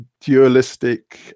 dualistic